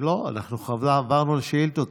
עברנו לשאילתות.